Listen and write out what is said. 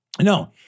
No